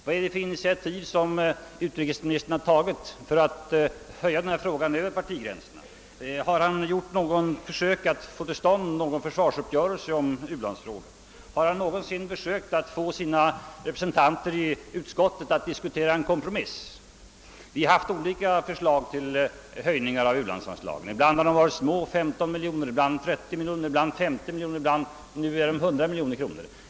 Vad är det för initiativ som utrikesministern tagit för att höja denna fråga över partigränserna? Har utrikesministern gjort något försök att få till stånd någon »försvarsuppgörelse» i u-landsfrågan? Har utrikesministern någonsin försökt få sina representanter i utskottet att diskutera en kompromiss? Vi har haft olika förslag om höjningar av u-landsanslaget uppe till behandling — ibland har de föreslagna höjningarna varit små, 15 miljoner, 30 miljoner etc. Nu är det 100 miljoner kronor.